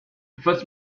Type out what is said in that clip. first